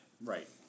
Right